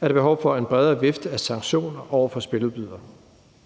er der behov for en bredere vifte af sanktioner over for spiludbydere,